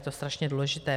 To je strašně důležité.